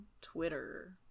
Twitter